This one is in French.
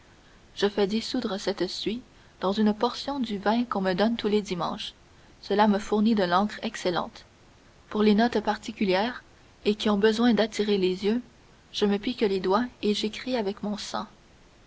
je fais dissoudre cette suie dans une portion du vin qu'on me donne tous les dimanches cela me fournit de l'encre excellente pour les notes particulières et qui ont besoin d'attirer les yeux je me pique les doigts et j'écris avec mon sang